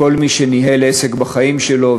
כל מי שניהל עסק בחיים שלו,